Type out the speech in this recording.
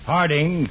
Harding